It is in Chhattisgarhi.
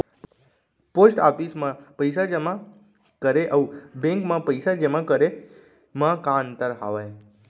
पोस्ट ऑफिस मा पइसा जेमा करे अऊ बैंक मा पइसा जेमा करे मा का अंतर हावे